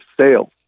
sales